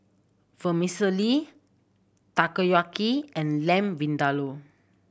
Vermicelli Takoyaki and Lamb Vindaloo